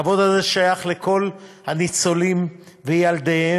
הכבוד הזה שייך לכל הניצולים וילדיהם,